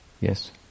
yes